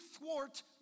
thwart